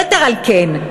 יתר על כן,